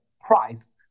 price